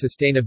sustainability